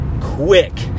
quick